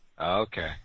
Okay